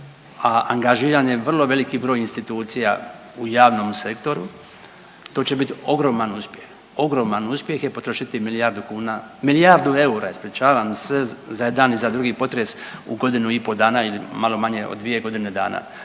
a angažiran je vrlo veliki broj institucija u javnom sektoru to će biti ogroman uspjeh, ogroman uspjeh jer potrošiti milijardu kuna, milijardu eura ispričavam se za jedan i za drugi potres u godinu i po dana ili malo manje od dvije godine dana.